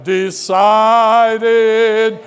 decided